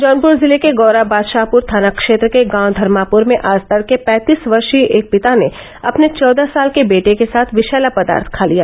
जौनपुर जिले के गौरा बादशाहपुर थाना क्षेत्र के गांव धर्मापुर में आज तड़के पैंतीस वर्षीय एक पिता ने अपने चौदह साल के बेटे के साथ विपैला पदार्थ खा लिया